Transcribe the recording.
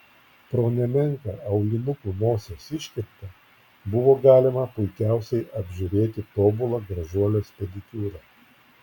pro nemenką aulinukų nosies iškirptę buvo galima puikiausiai apžiūrėti tobulą gražuolės pedikiūrą